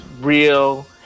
real